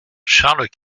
charles